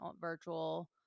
virtual